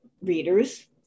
readers